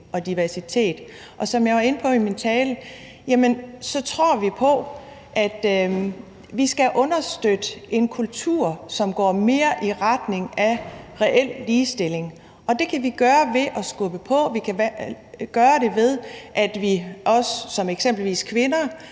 og diversitet. Som jeg var inde på i min tale, tror vi på, at vi skal understøtte en kultur, som går mere i retning af reel ligestilling. Det kan vi gøre ved at skubbe på. Vi kan gøre det ved, at vi også som eksempelvis kvinder